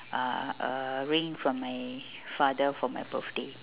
uh a ring from my father for my birthday